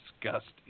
Disgusting